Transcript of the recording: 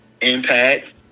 Impact